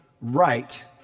right